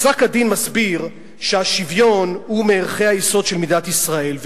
פסק-הדין מסביר שהשוויון הוא מערכי היסוד של מדינת ישראל,